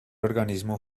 organismo